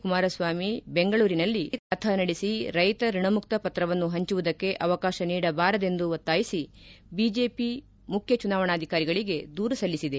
ಕುಮಾರಸ್ವಾಮಿ ಬೆಂಗಳೂರಿನಲ್ಲಿ ರೈತ ಜಾಥಾ ನಡೆಸಿ ರೈತ ಖುಣಮುಕ್ತ ಪತ್ರವನ್ನು ಪಂಚುವುದಕ್ಕೆ ಅವಕಾಶ ನೀಡಬಾರದೆಂದು ಒತ್ತಾಯಿಸಿ ಬಿಜೆಪಿ ಮುಖ್ಯ ಚುನಾವಣಾಧಿಕಾರಿಗಳಿಗೆ ದೂರು ಸಲ್ಲಿಸಿದೆ